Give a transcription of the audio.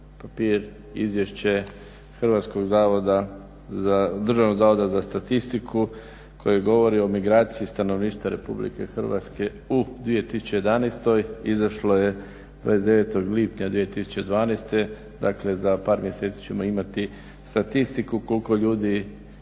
papir, izvješće Državnog zavoda za statistiku koji govori o migraciji stanovništva Republike Hrvatske u 2011. Izašlo je 29. lipnja 2012. Dakle, za par mjeseci ćemo imati statistiku koliko je ljudi